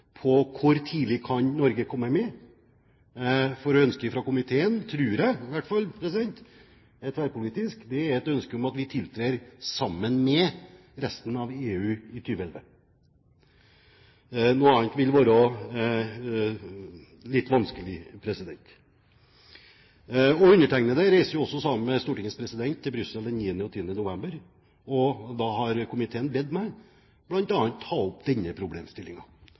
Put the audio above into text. hvor tidlig Norge kan komme med. Et ønske fra komiteen – tverrpolitisk, tror jeg – er at vi tiltrer sammen med resten av EU i 2011. Noe annet vil være litt vanskelig. Undertegnede reiser også sammen med Stortingets president til Brussel den 9.–10. november. Da har komiteen bedt meg bl.a. ta opp denne